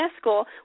school